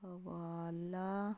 ਹਵਾਲਾ